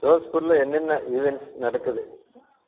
ஜோஸ்பூரில் என்னென்ன ஈவெண்ட்ஸ் நடக்குது